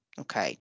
Okay